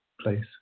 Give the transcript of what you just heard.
place